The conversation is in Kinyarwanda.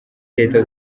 leta